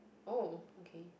oh okay